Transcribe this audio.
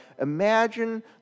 imagine